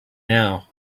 now